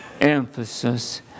emphasis